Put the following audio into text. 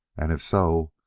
and if so,